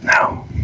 No